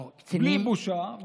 בלי בושה.